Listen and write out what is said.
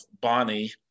Bonnie